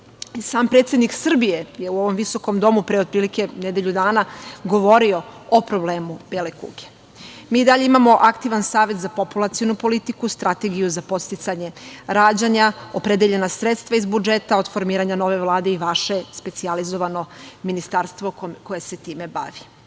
Sam predsednik Srbije je u ovom visokom domu, pre otprilike nedelju dana, govorio o problemu bele kuge. Mi i dalje imamo aktivan Savet za populacionu politiku, Strategiju za podsticanje rađanja, opredeljena sredstva iz budžeta, od formiranja nove Vlade i vaše specijalizovano ministarstvo koje se time bavi. Niko